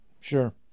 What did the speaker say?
Sure